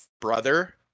brother